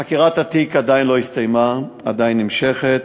חקירת התיק עדיין לא הסתיימה, עדיין נמשכת,